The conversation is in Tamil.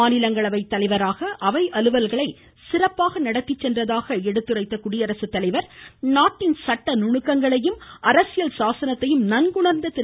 மாநிலங்களவை தலைவராக அவை அலுவல்களை சிறப்பாக நடத்திச்சென்றதாக எடுத்துரைத்த குடியரசுத்தலைவர் நாட்டின் சட்ட நுணுக்கங்களையும் அரசியல் சாசனத்தையும் நன்குணா்ந்த திரு